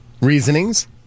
Reasonings